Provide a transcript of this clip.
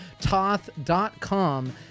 Toth.com